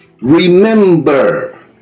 Remember